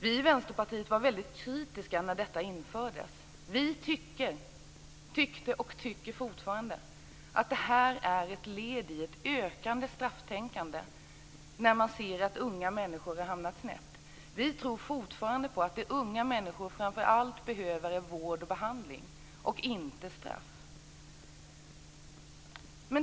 Vi i Vänsterpartiet var väldigt kritiska när detta infördes. Vi tyckte och tycker fortfarande att det här är ett led i ett ökande strafftänkande när man ser att unga människor hamnar snett. Vi tror fortfarande på att det som unga människor framför allt behöver är vård och behandling, inte straff.